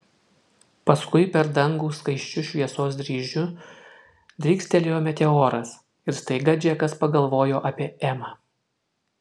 paskui per dangų skaisčiu šviesos dryžiu drykstelėjo meteoras ir staiga džekas pagalvojo apie emą